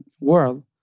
world